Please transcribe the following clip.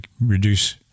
reduce